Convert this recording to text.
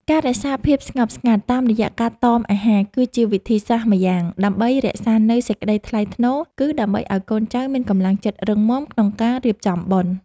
ការរក្សាភាពស្ងប់ស្ងាត់តាមរយៈការតមអាហារគឺជាវិធីសាស្ត្រម្យ៉ាង ដើម្បីរក្សានូវសេចក្តីថ្លៃថ្នូរ គឺដើម្បីឱ្យកូនចៅមានកម្លាំងចិត្តរឹងមាំក្នុងការរៀបចំបុណ្យ។